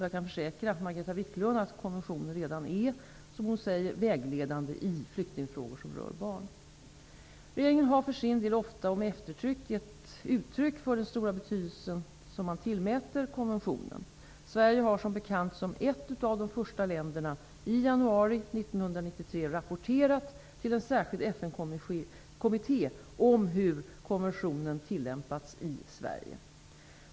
Jag kan försäkra Margareta Viklund att konventionen redan är, som hon säger, vägledande i flyktingfrågor som rör barn i Sverige. Regeringen har för sin del ofta och med eftertryck gett uttryck för den stora betydelse den tillmäter konventionen. Sverige har, som bekant, som ett av de första länderna, i januari 1993 rapporterat till en särskild FN-kommitté om hur konventionen tillämpats i Sverige.